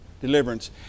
deliverance